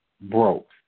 broke